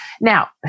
Now